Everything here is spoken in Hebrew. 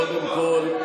קודם כול,